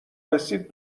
رسید